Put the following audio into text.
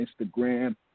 Instagram